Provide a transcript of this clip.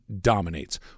dominates